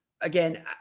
Again